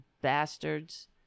bastards